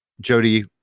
jody